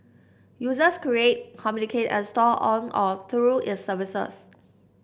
users create communicate and store on or through its services